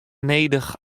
nedich